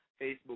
Facebook